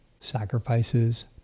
sacrifices